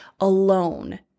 alone